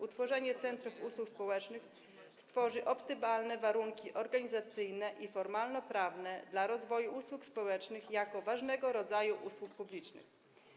Utworzenie centrów usług społecznych stworzy optymalne warunki organizacyjne i formalnoprawne do rozwoju usług społecznych jako ważnego rodzaju usług publicznych.